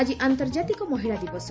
ଆଜି ଆନ୍ତର୍ଜାତିକ ମହିଳା ଦିବସ